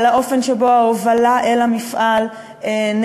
על האופן שבו ההובלה אל המפעל נערכת,